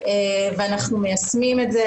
ואנחנו מיישמים את זה.